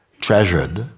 treasured